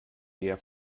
eher